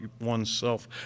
oneself